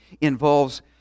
involves